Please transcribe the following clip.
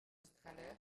strahler